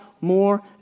more